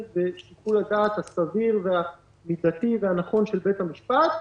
ושיקול הדעת הסביר והמידתי והנכון של בית המשפט.